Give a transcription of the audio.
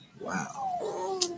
Wow